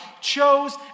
chose